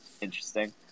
interesting